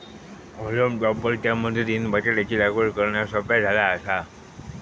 हॉलम टॉपर च्या मदतीनं बटाटयाची लागवड करना सोप्या झाला आसा